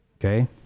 okay